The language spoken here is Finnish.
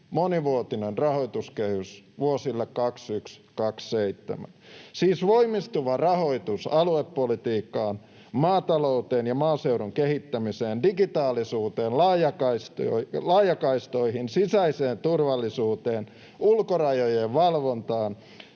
monivuotinen rahoituskehys vuosille 21—27, siis voimistuva rahoitus aluepolitiikkaan, maatalouteen ja maaseudun kehittämiseen, digitaalisuuteen, laajakaistoihin, sisäiseen turvallisuuteen, ulkorajojen valvontaan